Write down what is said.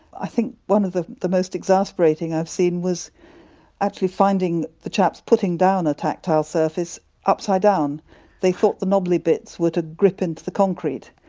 i think one of the the most exasperating i've seen was actually finding the chaps putting down a tactile surface upside down they thought the knobbly bits were to grip into the concrete.